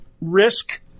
risk